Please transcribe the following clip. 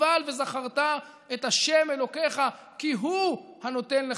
אבל "וזכרת את ה' אלוקיך כי הוא הנתן לך"